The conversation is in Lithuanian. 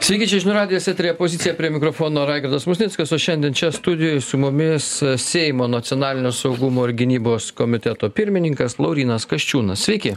sveiki čia žinių radijas eteryje pozicija prie mikrofono raigardas musnickas o šiandien čia studijoj su mumis seimo nacionalinio saugumo ir gynybos komiteto pirmininkas laurynas kasčiūnas sveiki